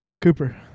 Cooper